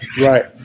Right